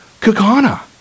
Kakana